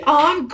on